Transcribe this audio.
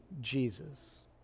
Jesus